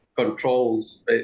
controls